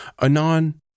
Anon